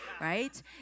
right